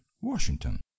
washington